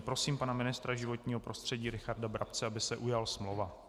Prosím pana ministra životního prostředí Richarda Brabce, aby se ujal slova.